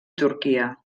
turquia